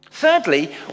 Thirdly